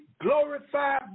glorified